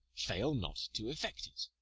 fail not to effect it.